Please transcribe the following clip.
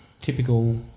typical